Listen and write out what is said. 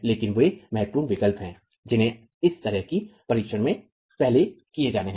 लेकिन वे महत्वपूर्ण विकल्प हैं जिन्हें इस तरह के परीक्षण से पहले किये जाने है